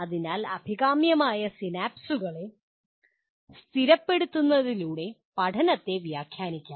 അതിനാൽ അഭികാമ്യമായ സിനാപ്സുകളെ സ്ഥിരപ്പെടുത്തുന്നതിലൂടെ പഠനത്തെ വ്യാഖ്യാനിക്കാം